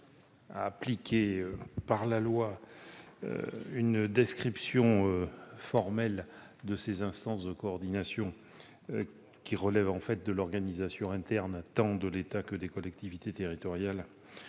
figurer dans la loi une description formelle de ces instances de coordination, qui relèvent, en fait, de l'organisation interne tant de l'État que des collectivités territoriales.